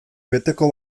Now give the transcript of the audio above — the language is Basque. beteko